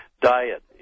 Diet